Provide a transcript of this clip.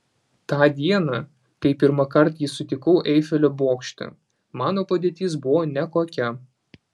tą dieną kai pirmąkart jį sutikau eifelio bokšte mano padėtis buvo nekokia